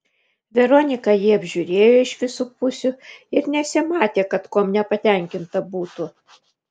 veronika jį apžiūrėjo iš visų pusių ir nesimatė kad kuom nepatenkinta būtų